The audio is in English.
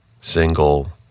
single